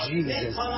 Jesus